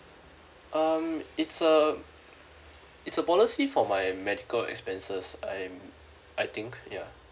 um it's a it's a policy for my medical expenses I'm I think ya